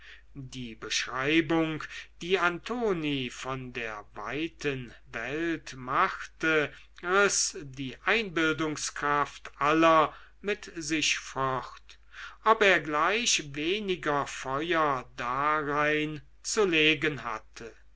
die beschreibung die antoni von der weiten welt machte riß die einbildungskraft aller mit sich fort ob er gleich weniger feuer darein zu legen hatte